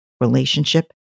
relationship